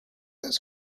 this